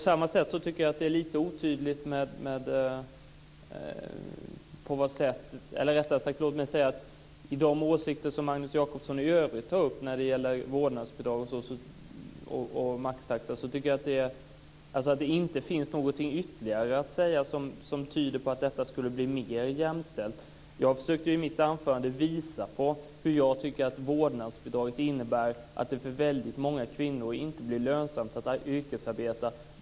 När det gäller Magnus Jacobssons åsikter i övrigt när det gäller vårdnadsbidrag och maxtaxa, så tycker jag att det inte finns någonting ytterligare att säga som tyder på att det skulle bli mer jämställt. Jag försökte i mitt anförande visa att vårdnadsbidraget för väldigt många kvinnor innebär att det inte blir lönsamt att yrkesarbeta.